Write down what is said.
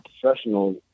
professional